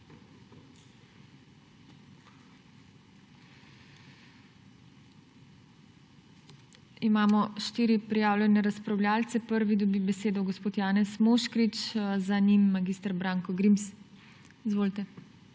Imamo štiri prijavljene razpravljavce. Prvi dobi besedo gospod Janez Moškrič, za njim mag. Branko Grims. Izvolite.